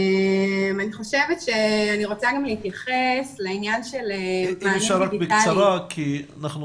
אם אפשר להתייחס בקצרה כי אנחנו